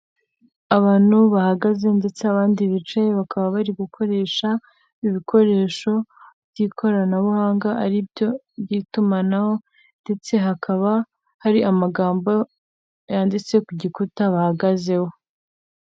Abantu bahagaze ndetse abandi bicaye bakaba bari gukoresha ibikoresho by'ikoranabuhanga ari byo by'itumanaho ndetse hakaba hari amagambo yanditse ku gikuta bahagazeho.